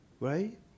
right